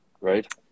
Right